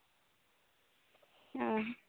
ᱚ